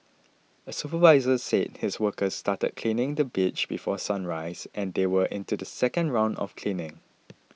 a supervisor said his workers started cleaning the beach before sunrise and they were into the second round of cleaning